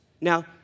Now